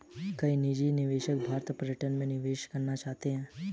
कई निजी निवेशक भारतीय पर्यटन में निवेश करना चाहते हैं